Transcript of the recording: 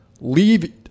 leave